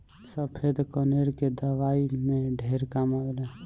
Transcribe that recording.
सफ़ेद कनेर के दवाई में ढेर काम आवेला